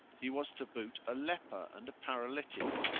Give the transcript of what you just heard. he was to boot a leper and a paralytic,